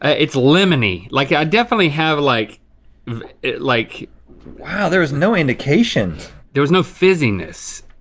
it's lemony, like i definitely have. like like wow, there is no indication. there was no fizzyness.